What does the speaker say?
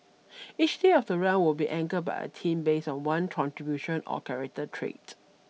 each day of the run will be anchored by a team based of one contribution or character trait